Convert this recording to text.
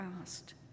asked